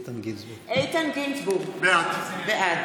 בעד איתן גינזבורג, בעד